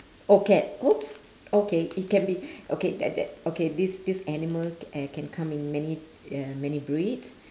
oh cat !oops! okay it can be okay that that okay this this animal uh can come in many uh many breeds